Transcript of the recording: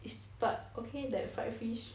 it's but okay that fried fish